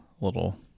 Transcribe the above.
little